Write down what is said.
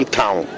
town